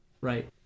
right